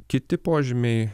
kiti požymiai